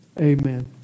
Amen